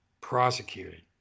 prosecuted